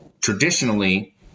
traditionally